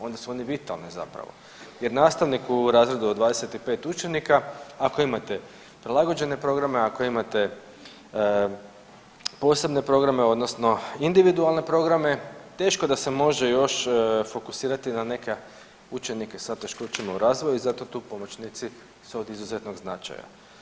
Onda su oni vitalne zapravo jer nastavnik u razredu od 25 učenika ako imate prilagođene programe, ako imate posebne programe odnosno individualne programe teško da se može još fokusirati na neka učenike sa teškoćama u razvoju i zato tu pomoćnici su od izuzetnog značaja.